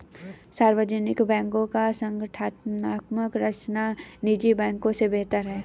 सार्वजनिक बैंकों की संगठनात्मक संरचना निजी बैंकों से बेहतर है